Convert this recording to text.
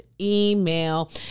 email